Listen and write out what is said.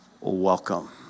welcome